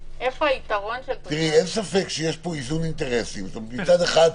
יש פה איזון אינטרסים מצד אחד,